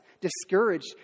discouraged